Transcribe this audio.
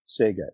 Sega